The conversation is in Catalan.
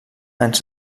ens